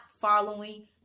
following